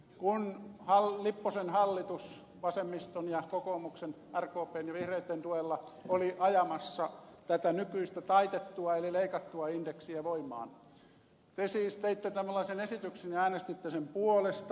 kun lipposen hallitus vasemmiston kokoomuksen rkpn ja vihreitten tuella oli ajamassa tätä nykyistä taitettua eli leikattua indeksiä voimaan te siis teitte tällaisen esityksen ja äänestitte sen puolesta